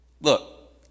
Look